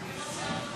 גם?